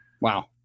Wow